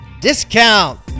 discount